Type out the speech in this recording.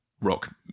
rock